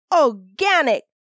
Organic